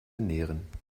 ernähren